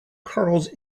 curls